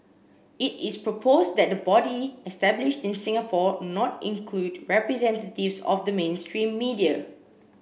it is proposed that the body established in Singapore not include representatives of the mainstream media